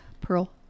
pearl